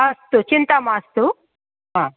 अस्तु चिन्ता मास्तु